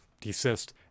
desist